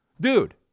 Dude